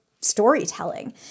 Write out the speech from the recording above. storytelling